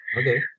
Okay